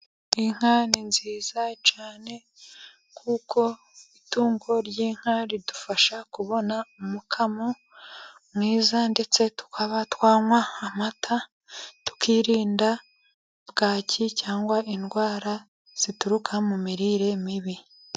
Inka ni nziza cyane, kuko itungo ry'inka ridufasha kubona umukamo mwiza, ndetse tukaba twanywa amata tukirinda bwaki, cyangwa indwara zituruka mu mirire mibi.